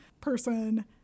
person